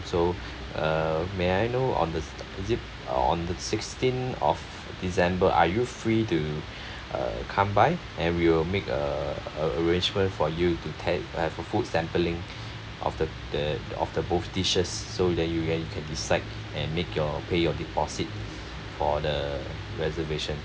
so uh may I know on the s~ is it uh on the sixteenth of december are you free to uh come by and we will make a arrangement for you to te~ uh food sampling of the the of the both dishes so that you can you can decide and make your pay your deposit for the reservation